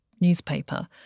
newspaper